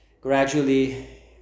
gradually